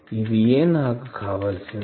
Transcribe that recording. ఇదియే నాకు కావలిసింది